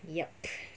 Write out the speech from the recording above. yup